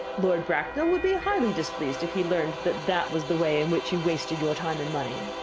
lord bracknell would be highly displeased if he learned that that was the way in which you wasted your time and money.